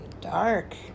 dark